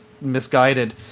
misguided